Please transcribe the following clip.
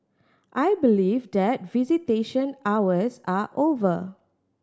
I believe that visitation hours are over